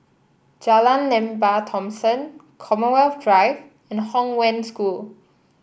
Jalan Lembah Thomson Commonwealth Drive and Hong Wen School